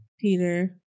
Peter